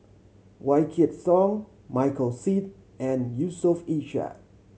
Wykidd Song Michael Seet and Yusof Ishak